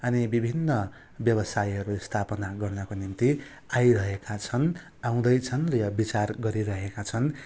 अनि विभिन्न व्यवसायहरू स्थापना गर्नको निम्ति आइरहेका छन् आउँदैछन् र यो विचार गरिरहेका छन्